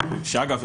ואגב,